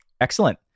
Excellent